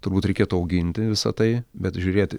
turbūt reikėtų auginti visa tai bet žiūrėti